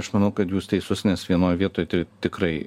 aš manau kad jūs teisus nes vienoj vietoj tikrai